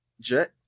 Jet